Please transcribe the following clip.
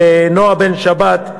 לנועה בן-שבת,